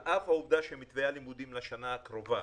על אף העובדה שמתווה הלימודים לשנה הקרובה